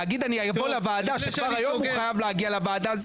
להגיד שאבוא לוועדה שכבר היום הוא חייב להגיע לוועדה,